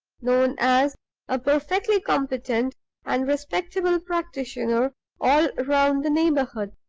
known as a perfectly competent and respectable practitioner all round the neighborhood.